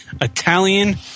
Italian